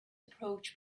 approach